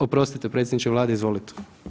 Oprostite predsjedniče Vlade, izvolite.